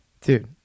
Dude